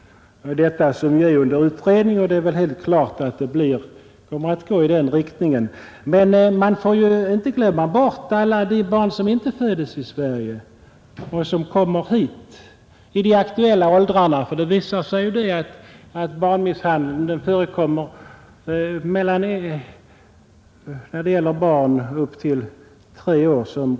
Den är ju under utredning och det är väl helt klart att det kommer att gå i denna riktning. Men man får inte glömma bort alla de inte i Sverige födda barn som kommer hit och som är i de aktuella åldrarna. Det visar sig ju att barnmisshandel som regel förekommer upp till tre års ålder.